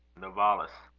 novalis.